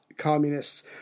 Communists